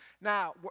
Now